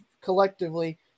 collectively